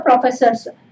professors